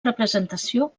representació